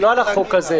זה לא על החוק הזה.